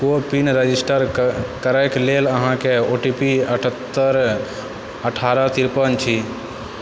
को विन रजिस्टर करैक लेल अहाँकेँ ओ टी पी अठहत्तर अठारह तिरपन छी